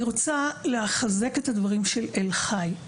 אני רוצה לחזק את הדברים של אלחי.